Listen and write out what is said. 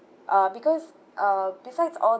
uh because uh besides all